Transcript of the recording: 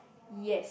yes